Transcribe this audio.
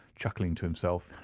chuckling to himself.